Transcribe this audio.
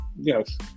yes